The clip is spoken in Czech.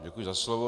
Děkuji za slovo.